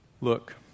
look